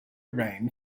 rain